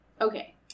Okay